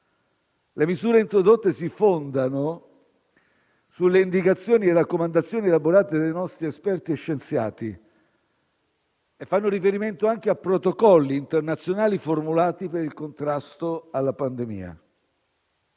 Le misure introdotte si fondano sulle indicazioni e le raccomandazioni elaborate dai nostri esperti e scienziati e fanno riferimento anche a protocolli internazionali formulati per il contrasto alla pandemia.